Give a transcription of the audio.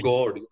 God